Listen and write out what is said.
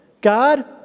God